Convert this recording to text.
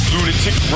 Lunatic